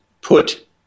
put